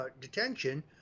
detention